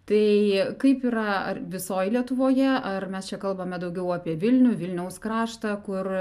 tai kaip yra ar visoj lietuvoje ar mes čia kalbame daugiau apie vilnių vilniaus kraštą kur